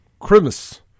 Christmas